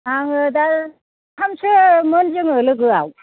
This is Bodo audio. आङो दा साथामसोमोन जोङो लोगोआव